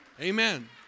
Amen